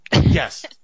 Yes